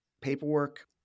paperwork